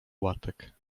łatek